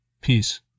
Peace